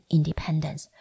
Independence